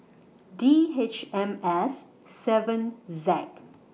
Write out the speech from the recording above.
D H M S seven Z